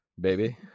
baby